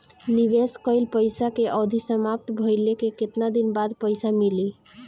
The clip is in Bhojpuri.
निवेश कइल पइसा के अवधि समाप्त भइले के केतना दिन बाद पइसा मिली?